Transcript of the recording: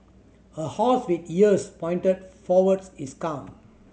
a horse with ears pointed forwards is calm